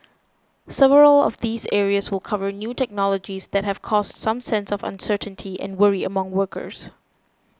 several of these areas will cover new technologies that have caused some sense of uncertainty and worry among workers